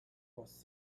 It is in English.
was